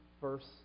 first